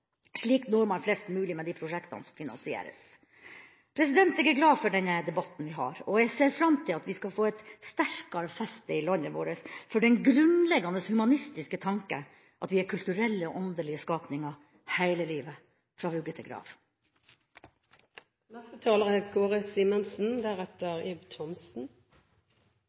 Slik når man flest mulig med de prosjektene som finansieres. Jeg er glad for denne debatten, og jeg ser fram til at vi i landet vårt skal få et sterkere feste for den grunnleggende humanistiske tanke at vi er kulturelle og åndelige skapninger hele livet, fra vugge til grav. I likhet med foregående taler